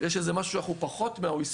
אם יש איזה משהו שאנחנו פחות מה-OECD,